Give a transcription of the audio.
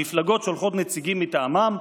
המפלגות שולחות נציגים מטעמן,